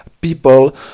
people